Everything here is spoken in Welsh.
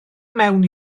mewn